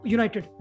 United